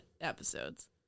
episodes